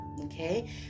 okay